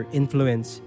influence